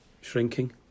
shrinking